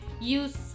use